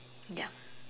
ya